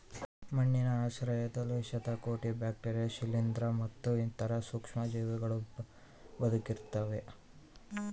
ಮಣ್ಣಿನ ಆಶ್ರಯದಲ್ಲಿ ಶತಕೋಟಿ ಬ್ಯಾಕ್ಟೀರಿಯಾ ಶಿಲೀಂಧ್ರ ಮತ್ತು ಇತರ ಸೂಕ್ಷ್ಮಜೀವಿಗಳೂ ಬದುಕಿರ್ತವ